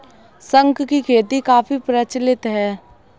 शंख की खेती काफी प्रचलित है